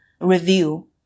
review